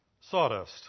sawdust